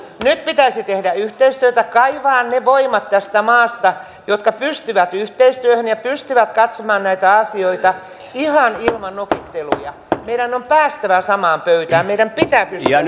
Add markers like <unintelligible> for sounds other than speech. nyt pitäisi tehdä yhteistyötä kaivaa ne voimat tästä maasta jotka pystyvät yhteistyöhön ja pystyvät katsomaan näitä asioita ihan ilman nokitteluja meidän on päästävä samaan pöytään meidän pitää pystyä <unintelligible>